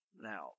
Now